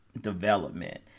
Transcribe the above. development